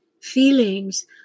feelings